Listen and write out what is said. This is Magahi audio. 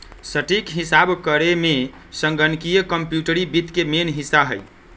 सटीक हिसाब करेमे संगणकीय कंप्यूटरी वित्त के मेन हिस्सा हइ